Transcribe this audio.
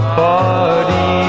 party